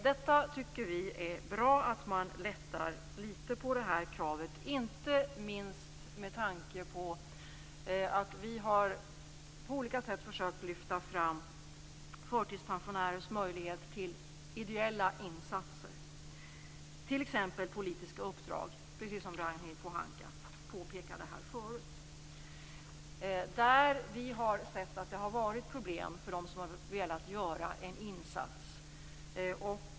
Vi tycker att det är bra att man lättar litet på detta krav, inte minst med tanke på att vi på olika sätt har försökt lyfta fram förtidspensionärers möjlighet till ideella insatser, t.ex. politiska uppdrag, precis som Ragnhild Pohanka påpekade förut. Vi har sett att det har varit problem för dem som har velat göra en insats.